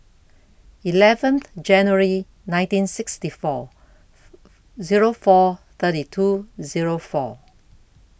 eleven January nineteen sixty four Zero four thirty two Zero four